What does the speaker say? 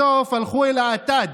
בסוף הלכו אל האטד,